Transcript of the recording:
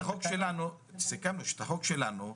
סיכמנו שהחוק שלנו,